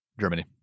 Germany